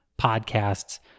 podcasts